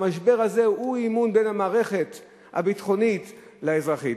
המשבר הזה הוא אי-אמון בין המערכת הביטחונית לאזרחית.